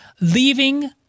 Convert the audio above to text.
leaving